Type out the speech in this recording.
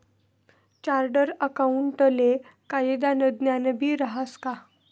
chartered अकाऊंटले कायदानं ज्ञानबी रहास का